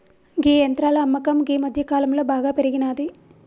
గీ యంత్రాల అమ్మకం గీ మధ్యకాలంలో బాగా పెరిగినాది